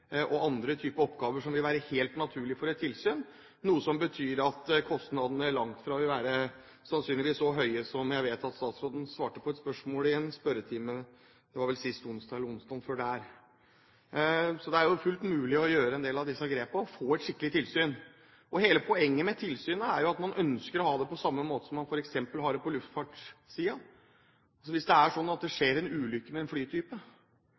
har andre typer oppgaver som ville være helt naturlig for et tilsyn, betyr det at kostnadene sannsynligvis langt fra vil være så høye som jeg vet statsråden svarte på et spørsmål i en spørretime – det var vel sist onsdag eller onsdagen før det igjen. Så det er jo fullt mulig å ta en del av disse grepene og få et skikkelig tilsyn. Hele poenget med tilsynet er jo at man ønsker å ha det på samme måte som man f.eks. har det på luftfartssiden. Hvis det skjer en ulykke med en flytype,